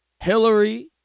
Hillary